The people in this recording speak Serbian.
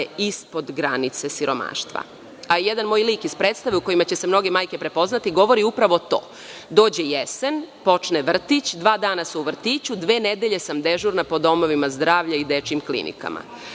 ispod granice siromaštva. Jedan moj lik iz predstave u kojima će se mnoge majke prepoznati govori upravo to. Dođe jesene, počne vrtić, dva dana su u vrtiću, dve nedelje sam dežurna po domovima zdravlja i dečijim klinikama.